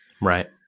Right